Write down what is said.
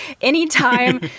anytime